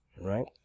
right